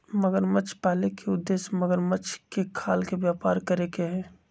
मगरमच्छ पाले के उद्देश्य मगरमच्छ के खाल के व्यापार करे के हई